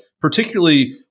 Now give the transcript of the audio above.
particularly